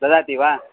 ददाति वा